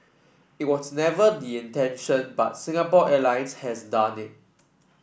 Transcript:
it was never the intention but Singapore Airlines has done it